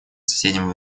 соседям